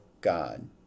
God